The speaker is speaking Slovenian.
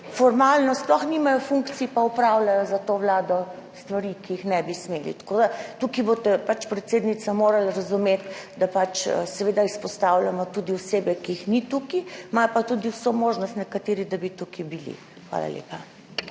formalno sploh nimajo funkcij, pa opravljajo za to vlado stvari, ki jih ne bi smeli. Tako da, tukaj boste predsednica morali razumeti, da pač seveda izpostavljamo tudi osebe, ki jih ni tukaj, nekateri pa imajo tudi vso možnost, da bi tukaj bili. Hvala lepa.